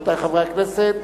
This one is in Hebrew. רבותי חברי הכנסת,